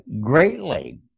greatly